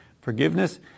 Forgiveness